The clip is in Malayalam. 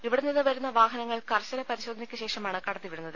ഇവിടെനിന്ന് വരുന്ന വാഹനങ്ങൾ കർശന പരിശോധനയ്ക്ക് ശേഷമാണ് കടത്തിവിടുന്നത്